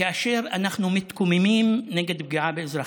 כאשר אנחנו מתקוממים נגד פגיעה באזרחים.